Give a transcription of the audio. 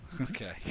okay